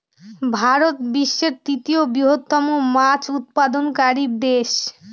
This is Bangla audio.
ভারত বিশ্বের তৃতীয় বৃহত্তম মাছ উৎপাদনকারী দেশ